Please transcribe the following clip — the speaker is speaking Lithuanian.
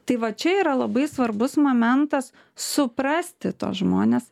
tai va čia yra labai svarbus momentas suprasti tuos žmones